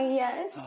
yes